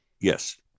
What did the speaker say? yes